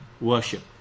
worship